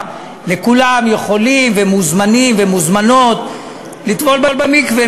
וכולם יכולים ומוזמנים ומוזמנות לטבול במקווה.